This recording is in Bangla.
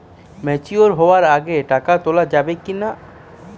ম্যাচিওর হওয়ার আগে টাকা তোলা যাবে কিনা?